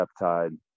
peptide